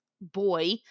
boy